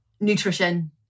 Nutrition